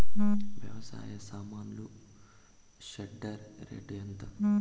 వ్యవసాయ సామాన్లు shredder rate ఎంత?